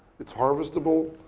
it's harvestable.